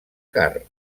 carn